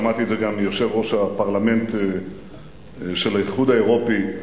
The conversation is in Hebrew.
שמעתי את זה גם מיושב-ראש הפרלמנט של האיחוד האירופי,